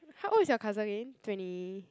how old is your cousin again twenty